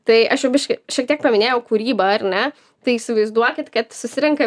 tai aš jau biškį šiek tiek paminėjau kūrybą ar ne tai įsivaizduokit kad susirenka